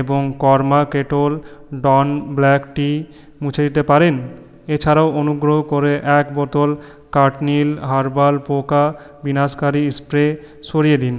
এবং Karma Kettle Dawn black tea মুছে দিতে পারেন এছাড়াও অনুগ্রহ করে এক বোতল কাটনিল হার্বাল পোকা বিনাশকারী স্প্রে সরিয়ে দিন